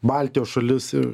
baltijos šalis ir